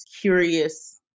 curious